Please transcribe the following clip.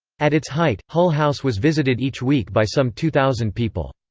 at its height, hull house was visited each week by some two thousand people.